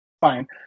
fine